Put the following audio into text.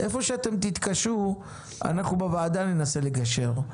איפה שאתם תתקשו אנחנו בוועדה ננסה לגשר,